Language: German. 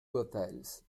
urteils